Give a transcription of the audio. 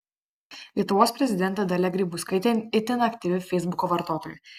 lietuvos prezidentė dalia grybauskaitė itin aktyvi feisbuko vartotoja